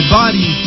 body